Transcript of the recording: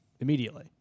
immediately